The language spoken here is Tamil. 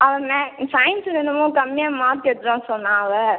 அவள் மே சயின்ஸ்ல என்னமோ கம்மியாக மார்க் எடுத்துட்டாள்னு சொன்னாள் அவள்